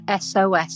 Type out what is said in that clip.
SOS